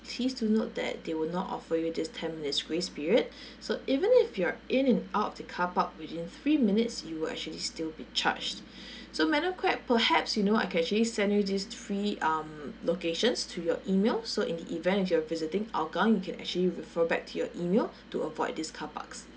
please do note that they will not offer you this ten minutes grace period so even if you're in and out of the car park within three minutes you will actually still be charged so madam quek perhaps you know I can actually send you this three um locations to your email so in the event if you're visiting hougang you can actually refer back to your email to avoid these car parks